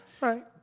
Right